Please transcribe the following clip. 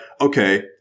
okay